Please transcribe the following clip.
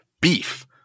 beef